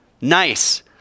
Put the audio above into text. Nice